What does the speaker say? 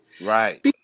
right